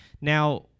Now